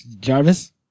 Jarvis